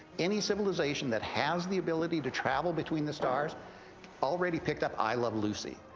any civilization that has the ability to travel between the stars already picked up i love lucy.